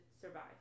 survive